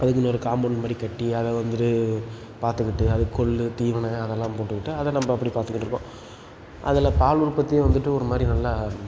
அதுக்குன்னு ஒரு காம்பவுண்ட் மாதிரி கட்டி அதை வந்துவிட்டு பார்த்துக்கிட்டு அது கொள்ளு தீவனம் அதெல்லாம் போட்டுக்கிட்டு அதை நம்ம அப்படி பார்த்துக்கிட்டு இருக்கோம் அதில் பால் உற்பத்தியும் வந்துவிட்டு ஒரு மாதிரி நல்லா